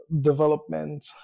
development